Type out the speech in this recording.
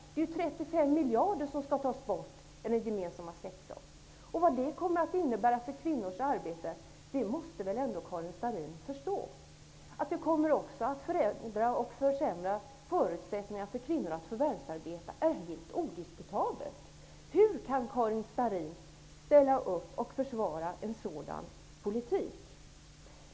Det är ju 35 miljarder som skall tas bort i den gemensamma sektorn. Vad det kommer att innebära för kvinnors arbeten måste väl ändå Karin Starrin förstå! Att det också kommer att försämra förutsättningarna för kvinnor att förvärvsarbeta är helt odiskutabelt. Hur kan Karin Starrin försvara en sådan politik?